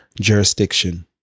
jurisdiction